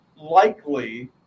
likely